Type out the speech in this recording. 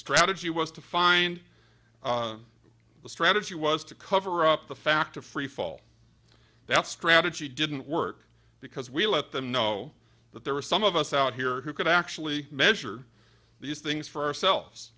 strategy was to find the strategy was to cover up the fact of freefall that strategy didn't work because we let them know that there were some of us out here who could actually measure these things for ourselves